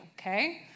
okay